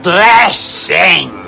Blessing